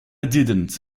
didn’t